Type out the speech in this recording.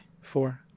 Four